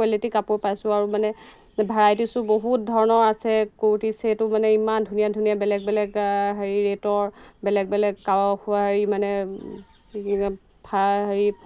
কোৱালিটিৰ কাপোৰ পাইছোঁ আৰু মানে ভেৰাইটিছো বহুত ধৰণৰ আছে কুৰ্তি চেটো মানে ইমান ধুনীয়া ধুনীয়া বেলেগ বেলেগ হেৰি ৰে'টৰ বেলেগ বেলেগ কাৱে হেৰি মানে ফা হেৰি